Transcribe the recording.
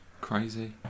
crazy